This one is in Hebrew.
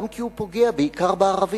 גם כי הוא פוגע בעיקר בערבים.